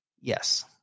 Yes